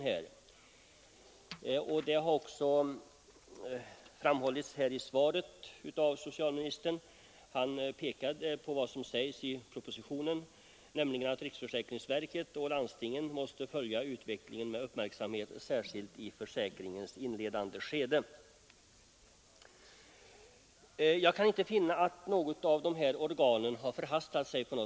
I svaret säger också socialministern att han i propositionen framhöll att riksförsäkringsverket och landstingen måste följa utvecklingen med uppmärksamhet särskilt i försäkringens inledningsskede. Jag kan inte finna att något av de här organen förhastat sig.